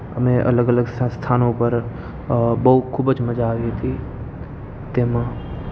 અમે અલગ અલગ સ્થા સ્થાનો પર બઉ ખૂબ જ મજા આવી હતી તેમાં